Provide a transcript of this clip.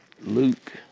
Luke